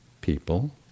people